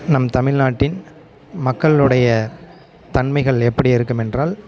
நம் தமிழ்நாட்டின் மக்களினுடைய தன்மைகள் எப்படி இருக்குமென்றால்